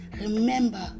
remember